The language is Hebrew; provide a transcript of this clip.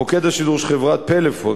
מוקד השידור של חברות "פלאפון",